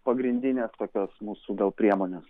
pagrindinės tokios mūsų gal priemonės